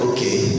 Okay